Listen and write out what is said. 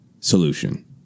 solution